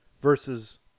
versus